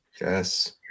Yes